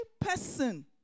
person